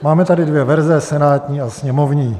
Máme tady dvě verze, senátní a sněmovní.